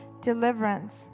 deliverance